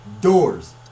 doors